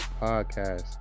podcast